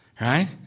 Right